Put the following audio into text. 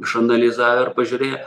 išanalizavę ir pažiūrėję